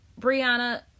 Brianna